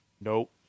Nope